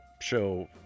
show